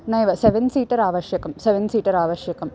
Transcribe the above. नैव seven seater आवश्यकं seven seater आवश्यकम्